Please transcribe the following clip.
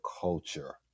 culture